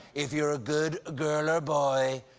if you're a good girl or boy,